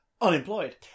unemployed